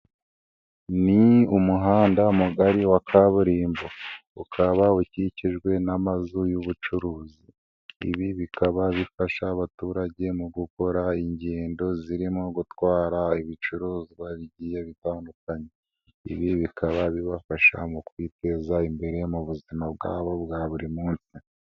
Ni umuhanda mugari wa kaburimbo, ukaba ukikijwe n'amazu y'ubucuruzi. Ibi bikaba bifasha abaturage mu gukora ingendo zirimo gutwara ibicuruzwa bigiye bitandukanye, Ibi bikaba bibafasha mu kwiteza imbere mu buzima bwabo bwa buri munsi.